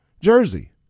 jersey